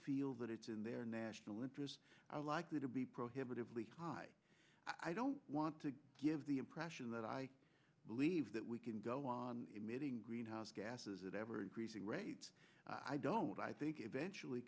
feel that it's in their national interest are likely to be prohibitively high i don't want to give the impression that i believe that we can go on emitting greenhouse gases it ever increasing rates i don't i think eventually